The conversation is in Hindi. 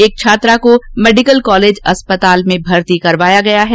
एक छात्रा को मेडिकल कालेज अस्पताल में भर्ती करवाया गया है